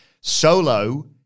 Solo